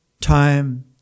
time